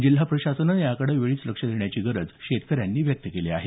जिल्हा प्रशासनाने याकडे वेळीच लक्ष देण्याची गरज शेतकऱ्यांनी व्यक्त केली आहे